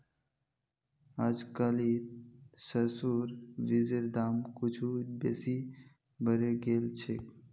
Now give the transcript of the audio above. अजकालित सरसोर बीजेर दाम कुछू बेसी बढ़े गेल छेक